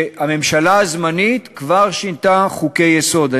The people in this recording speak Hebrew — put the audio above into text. שהממשלה הזמנית כבר שינתה חוקי-יסוד.